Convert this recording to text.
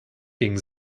gingen